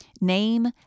Name